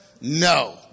no